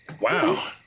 Wow